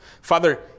Father